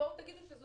לשירות